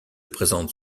présente